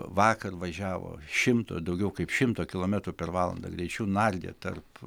vakar važiavo šimto daugiau kaip šimto kilometrų per valandą greičiu nardė tarp